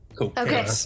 Okay